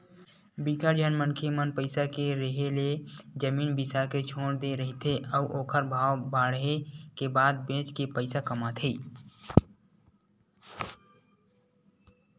बिकट झन मनखे मन पइसा के रेहे ले जमीन बिसा के छोड़ दे रहिथे अउ ओखर भाव बाड़हे के बाद बेच के पइसा कमाथे